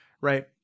right